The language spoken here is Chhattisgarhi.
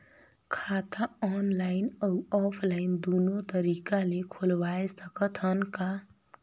खाता ऑनलाइन अउ ऑफलाइन दुनो तरीका ले खोलवाय सकत हन का?